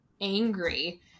angry